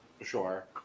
Sure